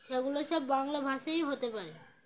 সেগুলো সব বাংলা ভাষায়ই হতে পারে